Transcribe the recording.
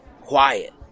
Quiet